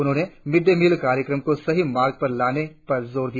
उन्होंने mid day meal कार्यक्रम को सही मार्ग पर लाने पर जोर दिया